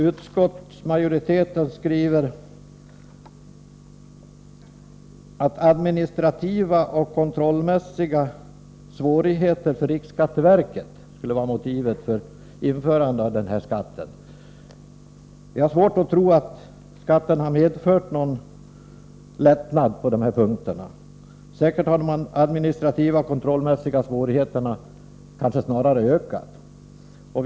Utskottsmajoriteten skriver att administrativa och kontrollmässiga svårigheter för riksskatteverket skulle vara motivet för införande av den här skatten. Vi har svårt att tro att skatten har medfört någon lättnad på de här punkterna; säkert har de administrativa och kontrollmässiga svårigheterna snarare ökat.